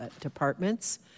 departments